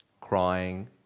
crying